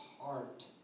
heart